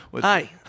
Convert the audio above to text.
Hi